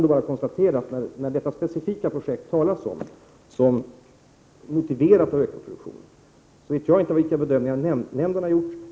I samband med detta specifika projekt talas det om att det skulle motiveras med att man kan öka produktionen. Jag vet inte vilka bedömningar nämnden har gjort.